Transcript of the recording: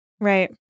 Right